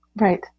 Right